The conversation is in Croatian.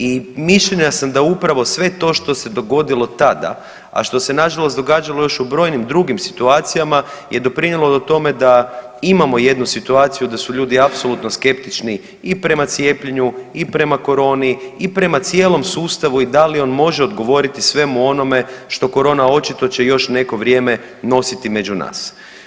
I mišljenja sam da upravo sve to što se dogodilo tada, a što se nažalost događalo još u brojnim drugim situacijama je doprinijelo tome da imamo jednu situaciju da su ljudi apsolutno skeptični i prema cijepljenju i prema koroni i prema cijelom sustavu i da li on može odgovoriti svemu onome što korona očito će još neko vrijeme nositi među nas.